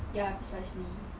ya precisely